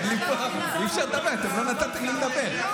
אי-אפשר לדבר, לא נתתם לי לדבר.